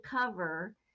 cover